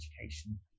education